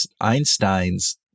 Einstein's